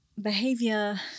behavior